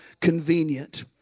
convenient